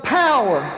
power